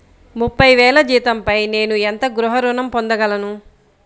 ముప్పై వేల జీతంపై నేను ఎంత గృహ ఋణం పొందగలను?